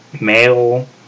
male